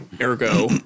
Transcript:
Ergo